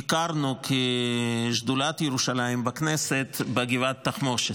ביקרנו כשדולת ירושלים בכנסת בגבעת התחמושת,